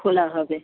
খোলা হবে